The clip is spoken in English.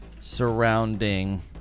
surrounding